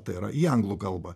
tai yra į anglų kalbą